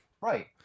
Right